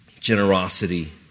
generosity